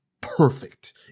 perfect